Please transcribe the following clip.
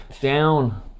down